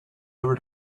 never